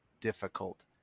difficult